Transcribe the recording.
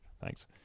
thanks